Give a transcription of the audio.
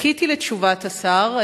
חיכיתי לתשובת השר,